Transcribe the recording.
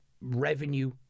revenue